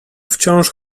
wciąż